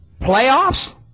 Playoffs